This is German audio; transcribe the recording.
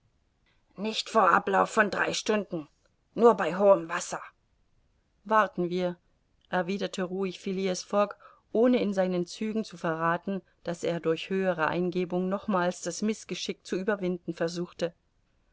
nicht vor ablauf von drei stunden nur bei hohem wasser warten wir erwiderte ruhig phileas fogg ohne in seinen zügen zu verrathen daß er durch höhere eingebung nochmals das mißgeschick zu überwinden versuchte